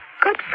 good